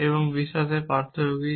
এবং বিশ্বাসের মধ্যে পার্থক্য কী